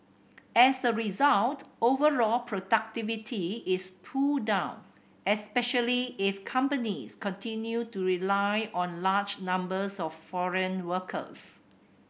as a result overall productivity is pulled down especially if companies continue to rely on large numbers of foreign workers